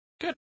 good